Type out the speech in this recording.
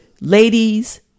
Ladies